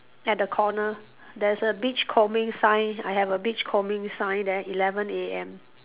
at the corner there's a beach combing sign I have a beach combing sign there eleven A_M